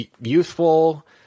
youthful